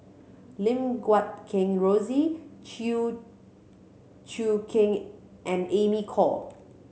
Lim Guat Kheng Rosie Chew Choo Keng and Amy Khor